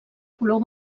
color